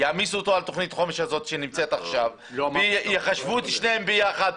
יעמיסו את זה על תוכנית החומש הזאת הנוכחית ויחשבו את שניהם יחד.